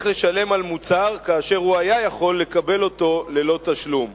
לשלם על מוצר כאשר היה יכול לקבל אותו ללא תשלום.